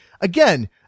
again